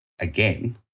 again